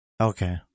Okay